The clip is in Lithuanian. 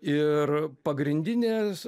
ir pagrindinės